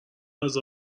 غذا